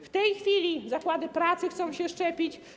W tej chwili zakłady pracy chcą się szczepić.